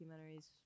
documentaries